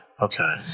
Okay